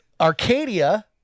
Arcadia